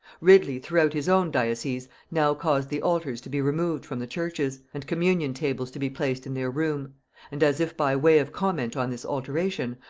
ridley throughout his own diocese now caused the altars to be removed from the churches, and communion-tables to be placed in their room and, as if by way of comment on this alteration,